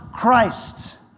Christ